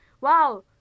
Wow